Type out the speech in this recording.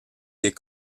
des